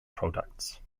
products